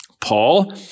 Paul